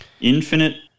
Infinite